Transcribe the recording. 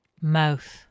mouth